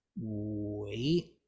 wait